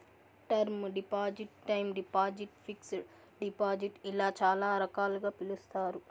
term deposit time deposit fixed deposit ఇలా చాలా రకాలుగా పిలుస్తారు